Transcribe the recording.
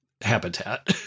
habitat